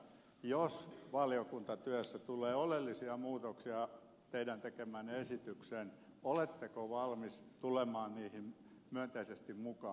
jos valiokuntatyössä tulee oleellisia muutoksia teidän tekemäänne esitykseen oletteko valmis tulemaan niihin myönteisesti mukaan